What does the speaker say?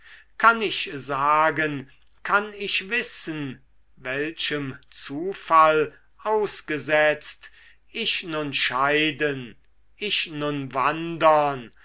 kann ich sagen kann ich wissen welchem zufall ausgesetzt ich nun scheiden ich nun wandern